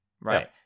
Right